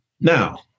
Now